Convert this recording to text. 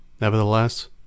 nevertheless